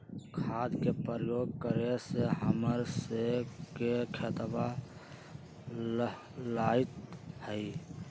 खाद के प्रयोग करे से हम्मर स के खेतवा लहलाईत हई